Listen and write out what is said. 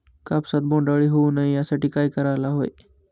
कापसात बोंडअळी होऊ नये यासाठी काय करायला हवे?